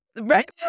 Right